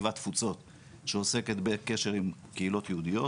חטיבת תפוצות שעוסקת בקשר עם קהילות יהודיות,